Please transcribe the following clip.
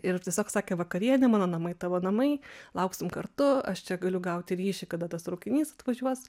ir tiesiog sakė vakarienė mano namai tavo namai lauksim kartu aš čia galiu gauti ryšį kada tas traukinys atvažiuos